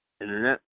Internet